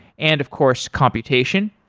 and of course, computation.